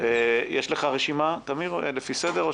יש לך רשימה, טמיר, לפי הסדר?